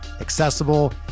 accessible